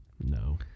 No